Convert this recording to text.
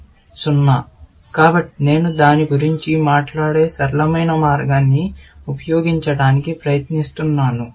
కాబట్టి మీరు కలిగి ఉండాలి నేను దాని గురించి మాట్లాడే సరళమైన మార్గాన్ని ఉపయోగించటానికి ప్రయత్నిస్తున్నాను